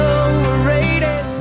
overrated